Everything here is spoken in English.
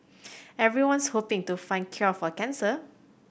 everyone's hoping to find cure for cancer